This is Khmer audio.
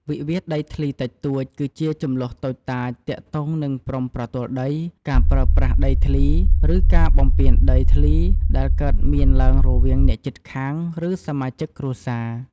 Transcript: វិវាទដីធ្លីតិចតួច គឺជាជម្លោះតូចតាចទាក់ទងនឹងព្រំប្រទល់ដី ការប្រើប្រាស់ដីធ្លី ឬការបំពានដីធ្លី ដែលកើតមានឡើងរវាងអ្នកជិតខាង ឬសមាជិកគ្រួសារ។